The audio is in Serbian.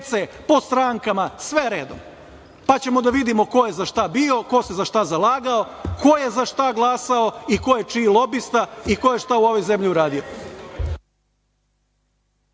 po strankama, sve redom. Pa ćemo da vidimo ko je za šta bio, ko se za šta zalagao, ko je za šta glasao i ko je čiji lobista, i ko je šta u ovoj zemlji uradio.